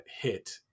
hit